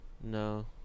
No